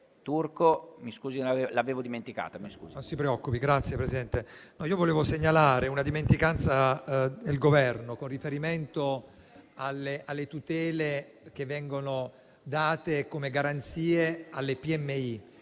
volevo segnalare una dimenticanza del Governo con riferimento alle tutele che vengono date come garanzie alle PMI.